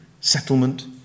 settlement